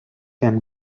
can